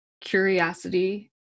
curiosity